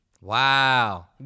Wow